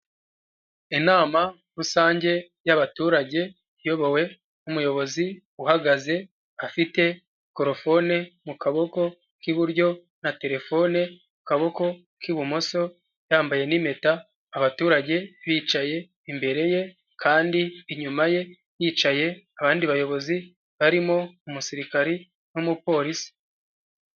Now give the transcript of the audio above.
Inama rusange y'abaturage iyobowe n'umuyobozi uhagaze afite mikorofone mu kaboko k'iburyo na terefone mu kaboko k'ibumoso yambaye n'impeta abaturage bicaye imbere ye kandi inyuma ye hicaye abandi bayobozi barimo umusirikare n'umupolisi.